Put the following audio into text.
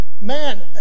man